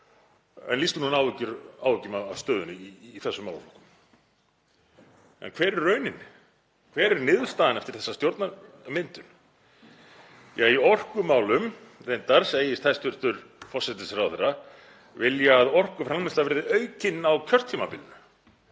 en lýsti nú áhyggjum af stöðunni í þessum málaflokkum. En hver er raunin? Hver er niðurstaðan eftir þessa stjórnarmyndun? Ja, í orkumálum reyndar segist hæstv. forsætisráðherra vilja að orkuframleiðslan verði aukin á kjörtímabilinu.